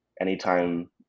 anytime